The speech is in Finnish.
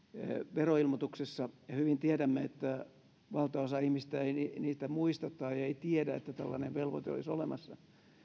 veroilmoituksessa ja hyvin tiedämme että valtaosa ihmisistä ei niitä muista tai ei tiedä että tällainen velvoite olisi olemassa